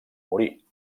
morir